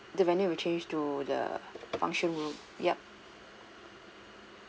the venue will change to the function room yup